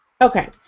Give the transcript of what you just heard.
Okay